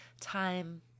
time